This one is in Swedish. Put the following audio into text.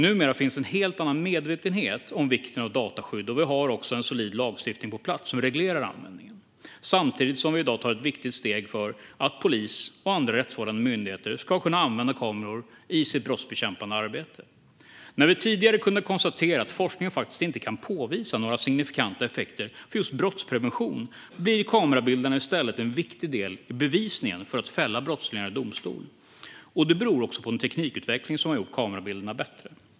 Numera finns en helt annan medvetenhet om vikten av dataskydd. Vi har också på plats en solid lagstiftning som reglerar användningen, samtidigt som vi i dag tar ett viktigt steg för att polis och andra rättsvårdande myndigheter ska kunna använda kameror i sitt brottsbekämpande arbete. Tidigare kunde vi konstatera att forskningen faktiskt inte kan påvisa några signifikanta effekter för just brottsprevention. Kamerabilderna blir i stället en viktig del i bevisningen för att fälla brottslingar i domstol. Det beror också på en teknikutveckling som har gjort kamerabilderna bättre.